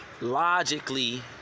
logically